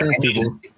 people